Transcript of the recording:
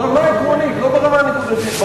ברמה העקרונית, לא ברמה הנקודתית.